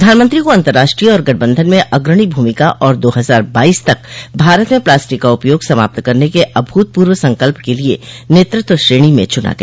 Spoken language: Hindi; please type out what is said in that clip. प्रधानमंत्री को अतंर्राष्ट्रीय सौर गठबंधन में अग्रणी भूमिका और दो हजार बाईस तक भारत में प्लास्टिक का उपयोग समाप्त करने के अभूतपूर्व संकल्प के लिए नेतृत्व श्रेणी में चुना गया